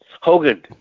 Hogan